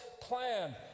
plan